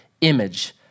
image